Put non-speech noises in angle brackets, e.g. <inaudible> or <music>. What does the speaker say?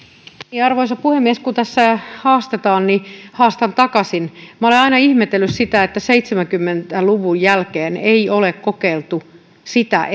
arvoisa puhemies kun tässä haastetaan niin haastan takaisin minä olen aina ihmetellyt sitä että seitsemänkymmentä luvun jälkeen ei ole kokeiltu sitä <unintelligible>